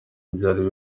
ibyari